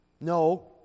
No